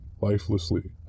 lifelessly